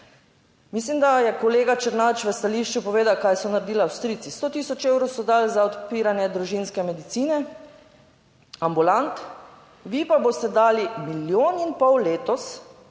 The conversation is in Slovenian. Mislim, da je kolega Černač v stališču povedal kaj so naredili Avstrijci. 100 tisoč evrov so dali za odpiranje družinske medicine ambulant, vi pa boste dali milijon in pol letos